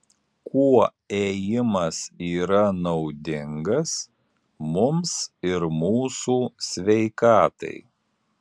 kuo ėjimas yra naudingas mums ir mūsų sveikatai